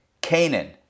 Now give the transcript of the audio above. Canaan